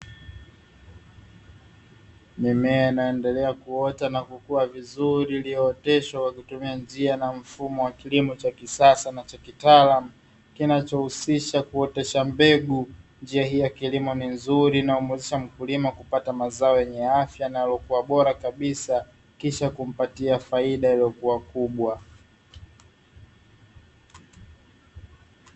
Mimea inayoendelea kuota na kukua vizuri iliyooteshwa kwa kutumia njia na mfumo wa kilimo cha kisasa na cha kitaalamu, kinachohusisha kuotesha mbegu. Njia hii ya kilimo ni nzuri inayomwezesha mkulima kupata mazao yenye afya na yaliyokuwa bora kabisa, kisha kumpatia faida iliyokuwa kubwa.